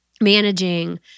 managing